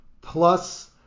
plus